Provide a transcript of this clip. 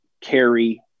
carry